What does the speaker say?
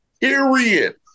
Period